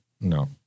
No